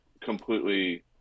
completely